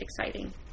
exciting